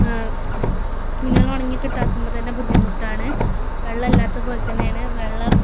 തുണികൾ ഉണങ്ങി കിട്ടാത്തപ്പം തന്നെ ബുദ്ധിമുട്ടാണ് വെള്ളം ഇല്ലാത്തത് പോലെ തന്നെയാണ് വെള്ളം